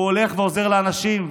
הוא הולך ועוזר לאנשים,